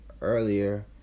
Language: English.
Earlier